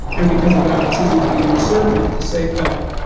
and because of that it's easy to be uncertain and to say, well,